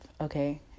okay